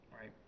right